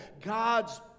God's